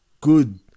good